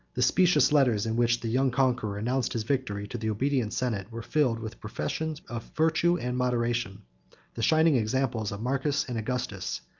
the specious letters in which the young conqueror announced his victory to the obedient senate were filled with professions of virtue and moderation the shining examples of marcus and augustus,